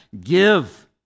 Give